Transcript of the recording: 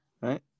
right